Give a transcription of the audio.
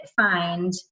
find